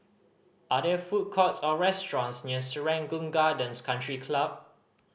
are there food courts or restaurants near Serangoon Gardens Country Club